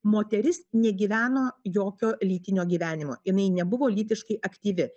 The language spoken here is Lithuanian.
moteris negyveno jokio lytinio gyvenimo jinai nebuvo lytiškai aktyvi